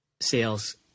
sales